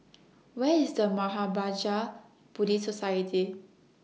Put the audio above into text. Where IS The Mahapraja Buddhist Society